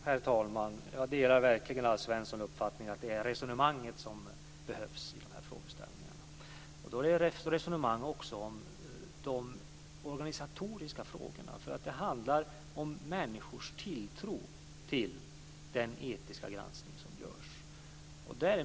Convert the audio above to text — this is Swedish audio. Herr talman! Jag delar verkligen Alf Svenssons uppfattning om att det är resonemang som behövs kring de här frågeställningarna. Det är då också ett resonemang om de organisatoriska frågorna för att det handlar om människors tilltro till den etiska granskning som görs.